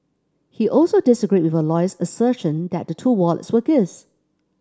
he also disagreed with her lawyer's assertion that the two wallets were gifts